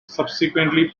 subsequently